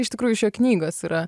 iš tikrųjų iš jo knygos yra